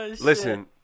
Listen